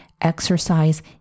exercise